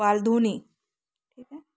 वालधुनी ठीक आहे